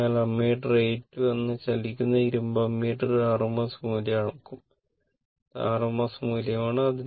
അതിനാൽ ammeter A 2 എന്ന ചലിക്കുന്ന ഇരുമ്പ് അമ്മീറ്റർ RMS മൂല്യം അളക്കും ഇത് r RMS മൂല്യമാണ്